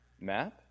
map